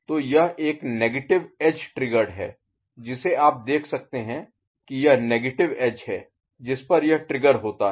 तो यह एक नेगेटिव एज ट्रिगर्ड है जिसे आप देख सकते हैं कि यह नेगेटिव एज है जिस पर यह ट्रिगर होता है